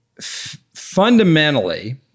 fundamentally